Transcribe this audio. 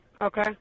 Okay